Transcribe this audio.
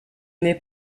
n’est